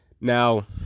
now